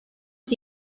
yüz